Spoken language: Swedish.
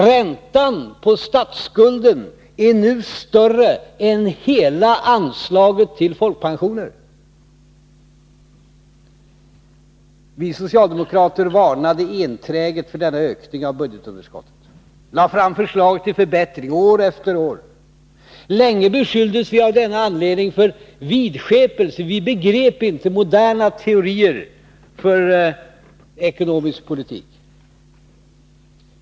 Räntan på statsskulden är nu större än hela anslaget till folkpensionerna. Vi socialdemokrater varnade enträget för denna ökning av budgetunderskottet, lade fram förslag till förbättring år efter år. Länge beskylldes vi av denna anledning för vidskepelse, för att vi inte begrep moderna teorier för ekonomisk politik.